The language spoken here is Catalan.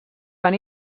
van